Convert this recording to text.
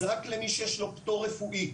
זה רק למי שיש פטור רפואי,